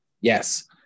Yes